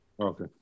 Okay